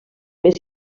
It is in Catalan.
més